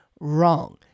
wrong